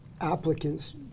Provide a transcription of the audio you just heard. applicants